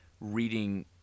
reading